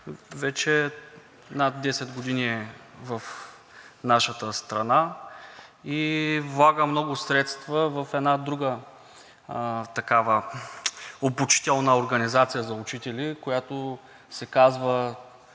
вече над 10 години е в нашата страна и влага много средства в друга такава обучителна организация за учители, която се казва